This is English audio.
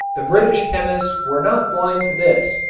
the british chemists were not blind to this,